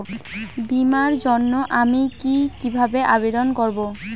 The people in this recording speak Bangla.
বিমার জন্য আমি কি কিভাবে আবেদন করব?